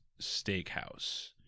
steakhouse